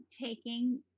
taking